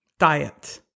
diet